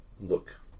Look